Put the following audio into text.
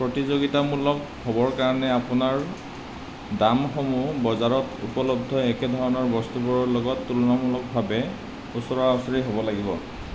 প্ৰতিযোগিতামূলক হ'বৰ কাৰণে আপোনাৰ দামসমূহ বজাৰত উপলব্ধ একেধৰণৰ বস্তুবোৰৰ লগত তুলনামুলকভাৱে ওচৰা উচৰি হ'ব লাগিব